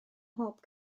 mhob